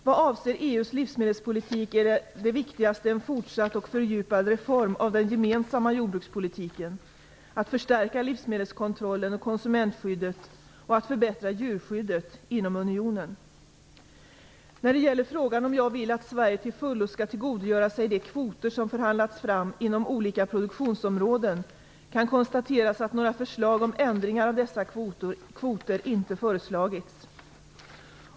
Vad avser EU:s livsmedelspolitik är det viktigaste en fortsatt och fördjupad reform av den gemensamma jordbrukspolitiken, att förstärka livsmedelskontrollen och konsumentskyddet och att förbättra djurskyddet inom unionen. När det gäller frågan om jag vill att Sverige till fullo skall tillgodogöra sig de kvoter som förhandlats fram inom olika produktionsområden kan konstateras att några förslag om ändringar av dessa kvoter inte föreslagits.